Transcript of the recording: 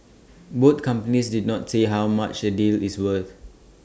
both companies did not say how much the deal is worth